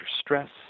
stress